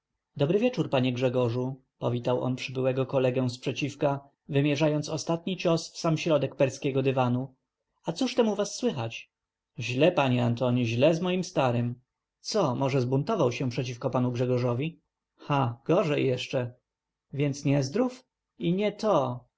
dobry wieczór panie grzegorzu powitał on przybyłego kolegę z przeciwka wymierzając ostatni cios w sam środek perskiego dywanu a cóż tam u was słychać źle panie antoni źle z moim starym co może zbuntował się przeciwko panu grzegorzowi et gorzej jeszcze więc niezdrów i nie to